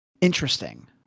interesting